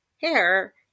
hair